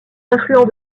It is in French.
affluent